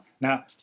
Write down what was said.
Now